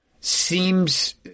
seems